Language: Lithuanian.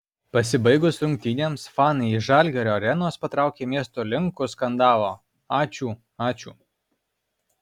pasibaigus rungtynėms fanai iš žalgirio arenos patraukė miesto link kur skandavo ačiū ačiū